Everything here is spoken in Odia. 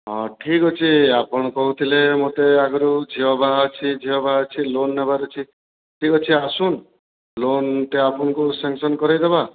ହଁ ଠିକ୍ ଅଛି ଆପଣ କହୁଥିଲେ ମୋତେ ଆଗରୁ ଝିଅ ବାହା ଅଛି ଝିଅ ବାହା ଅଛି ଲୋନ ନେବାର ଅଛି ଠିକ୍ ଅଛି ଆସୁନ୍ ଲୋନ ଟା ଆପଣଙ୍କୁ ସାଂକ୍ସନ କରାଇ ଦେବା